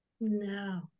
No